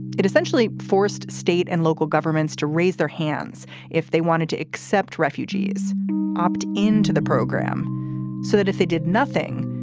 it essentially forced state and local governments to raise their hands if they wanted to accept refugees opt into the program so that if they did nothing.